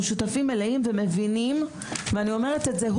שותפים מלאים ומבינים ואני אומרת את זה,